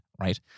Right